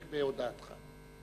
מסדר-היום?